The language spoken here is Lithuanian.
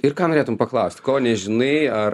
ir ką norėtum paklaust ko nežinai ar